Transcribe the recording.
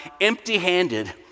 empty-handed